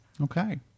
Okay